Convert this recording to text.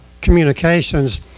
communications